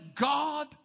God